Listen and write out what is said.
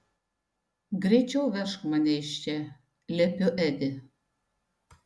greičiau vežk mane iš čia liepiu edi